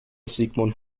sigmund